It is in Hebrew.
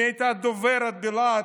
מי הייתה הדוברת בלהט,